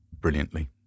brilliantly